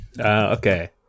Okay